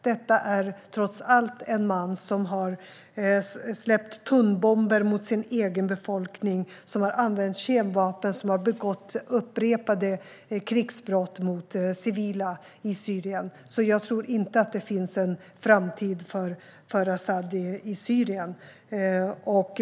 Detta är trots allt en man som har släppt tunnbomber mot sin egen befolkning, som har använt kemvapen och som har begått upprepade krigsbrott mot civila i Syrien.